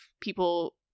people